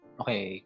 okay